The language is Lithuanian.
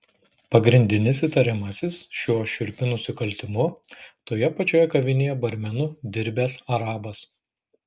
pagrindinis įtariamasis šiuo šiurpiu nusikaltimu toje pačioje kavinėje barmenu dirbęs arabas